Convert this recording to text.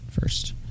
first